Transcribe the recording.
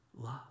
love